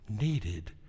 needed